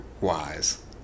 wise